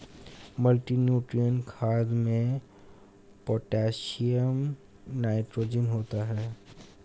multinutrient खाद में potassium nitrogen होता है